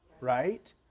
Right